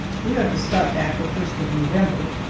we are to start back the first of november,